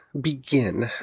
begin